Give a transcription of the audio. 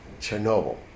Chernobyl